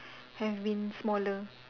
have been smaller